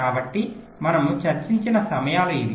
కాబట్టి మనము చర్చించిన సమయాలు ఇవి